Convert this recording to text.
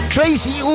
Tracy